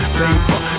paper